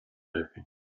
murphy